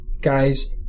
guys